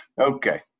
Okay